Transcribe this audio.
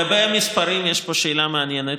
בעניין המספרים, יש פה שאלה מעניינת.